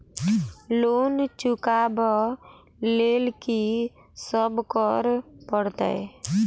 Loan चुका ब लैल की सब करऽ पड़तै?